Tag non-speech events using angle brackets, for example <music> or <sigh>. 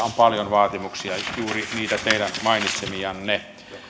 <unintelligible> on paljon vaatimuksia juuri niitä teidän mainitsemianne